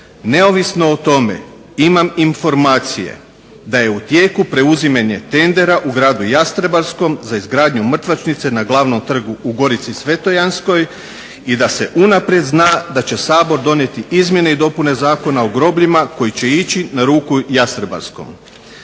Neovisno o tome imam informacije da je u tijeku preuzimanje tendera u gradu Jastrebarskom za izgradnju mrtvačnice na glavnom trgu u Gorici svetojanskoj i da se unaprijed zna da će Sabor donijeti izmjene i dopune Zakona o grobljima koji će ići na ruku Jastrebarskom.